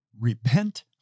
Repent